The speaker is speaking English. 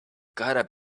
gotta